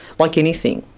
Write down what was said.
like anything,